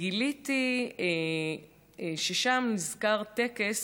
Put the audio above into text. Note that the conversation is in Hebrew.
גיליתי שנזכר שם טקס